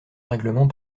règlement